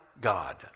God